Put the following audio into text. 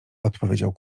odpowiedział